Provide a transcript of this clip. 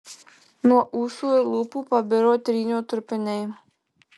nuo ūsų ir lūpų pabiro trynio trupiniai